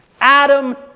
Adam